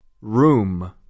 Room